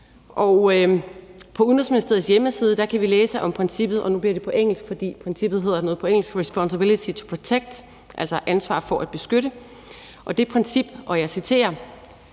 på Udenrigsministeriets hjemmeside kan vi læse om princippet, og nu bliver det på engelsk, fordi princippet hedder noget på engelsk, nemlig responsibility to protect, altså ansvar for at beskytte, og det princip, og jeg citerer,